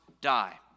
die